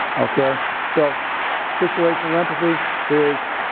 okay? so situational empathy is,